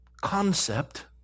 concept